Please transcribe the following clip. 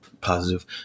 positive